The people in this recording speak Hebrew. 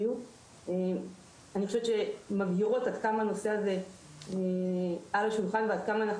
אני חושבת שזה מגדיר עד כמה הנושא הזה על השולחן ועד כמה אנחנו